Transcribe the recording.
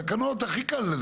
תקנות הכי קל,